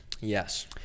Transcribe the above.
Yes